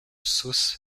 sauce